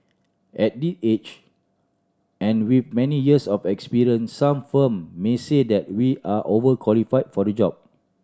at this age and with many years of experience some firm may say that we are over qualify for the job